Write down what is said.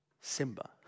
simba